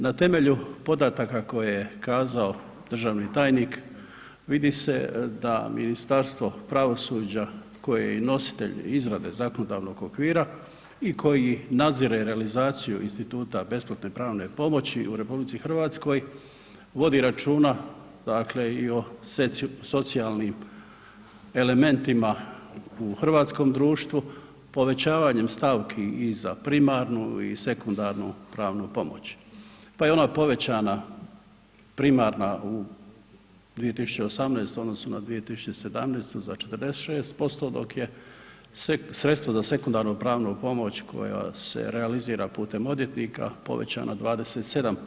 Na temelju podataka koje je kazao državni tajnik vidi se da Ministarstvo pravosuđa koje je i nositelj izrade zakonodavnog okvira i koji nadzire realizaciju instituta besplatne pravne pomoći u Republici Hrvatskoj vodi računa dakle i o socijalnim elementima u hrvatskom društvu povećavanjem stavki i za primarnu i sekundarnu pravnu pomoć, pa je ona povećana primarna u 2018. u odnosu na 2017. za 46%, dok je sredstva za sekundarnu pravnu pomoć koja se realizira putem odvjetnika povećana 27%